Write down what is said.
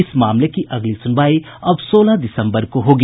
इस मामले की अगली सुनवाई अब सोलह दिसम्बर को होगी